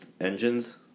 engines